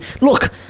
look